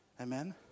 Amen